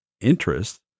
interest